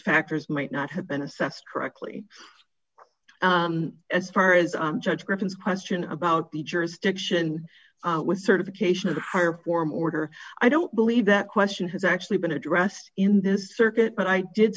factors might not have been assessed correctly as far as judge reference question about the jurisdiction with certification of a higher form order i don't believe that question has actually been addressed in this circuit but i did